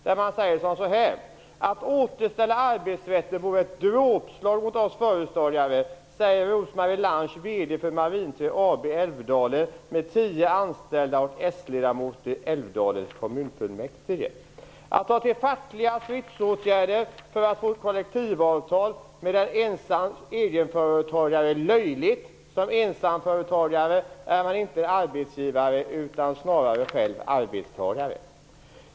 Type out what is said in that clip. Där heter det: "Att återställa arbetsrätten vore ett dråpslag mot oss småföretagare, säger Rosemarie Lantzsch, VD för Marinträ "Att ta till fackliga stridsåtgärder för att få kollektivavtal med en ensam egenföretagare är löjligt. Som ensamföretagare är man ju inte arbetsgivare utan snarare själv arbetstagare."